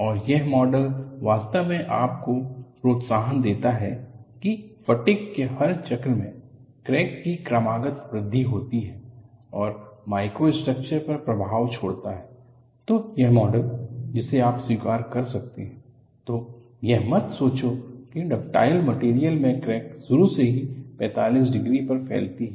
और यह मॉडल वास्तव में आपको प्रोत्साहन देता है कि फटिग के हर चक्र मे क्रैक की क्रमागत वृद्धि होती है और माइक्रोस्ट्रक्चर पर प्रभाव छोड़ता हैतो यह मॉडल जिसे आप स्वीकार कर सकते हैं तो यह मत सोचो कि डक्टाइल मटेरियल मे क्रैक शुरू से ही 45 डिग्री पर फैलती है